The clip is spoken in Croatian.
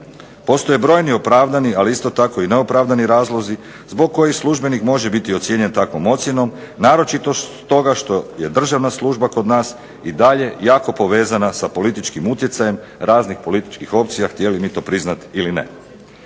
Postoje brojni opravdani, ali isto tako i neopravdani razlozi zbog kojih službenik može biti ocijenjen takvom ocjenom, naročito stoga što je državna služba kod nas i dalje jako povezana sa političkim utjecajem raznih političkih opcija, htjeli mi to priznat ili ne.